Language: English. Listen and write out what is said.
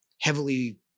heavily